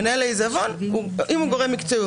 אם מנהל העיזבון הוא גורם מקצועי,